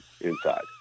inside